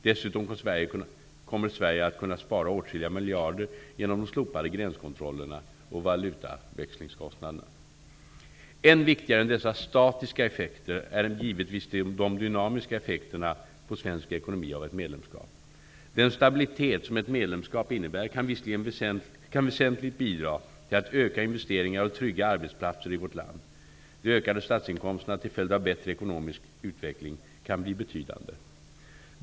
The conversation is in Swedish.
Dessutom kommer Sverige att kunna spara åtskilliga miljarder genom de slopade gränskontrollerna och valutaväxlingskostnaderna. Än viktigare än dessa statiska effekter är givetvis de dynamiska effekterna på svensk ekonomi av ett medlemskap. Den stabilitet som ett medlemskap innebär kan väsentligt bidra till att öka investeringar och trygga arbetsplatser i vårt land. De ökade statsinkomsterna till följd av en bättre ekonomisk utveckling kan bli betydande.